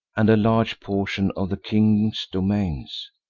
and a large portion of the king's domains.